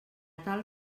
tal